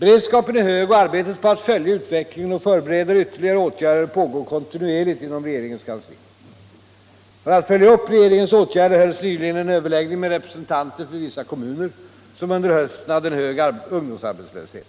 Beredskapen är hög och arbetet på att följa utvecklingen och förbereda ytterligare åtgärder pågår kontinuerligt inom regeringens kansli. För att följa upp regeringens åtgärder hölls nyligen en överläggning med representanter för vissa kommuner, som under hösten hade en hög ungdomsarbetslöshet.